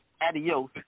adios